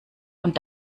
und